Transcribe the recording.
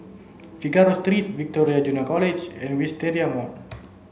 Figaro three Victoria Junior College and Wisteria Mall